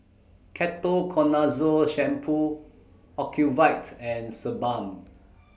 Ketoconazole Shampoo Ocuvite and Sebamed